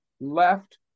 left